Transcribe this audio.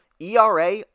ERA